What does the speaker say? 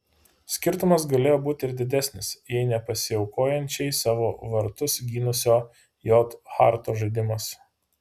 skirtumas galėjo būti ir didesnis jei ne pasiaukojančiai savo vartus gynusio j harto žaidimas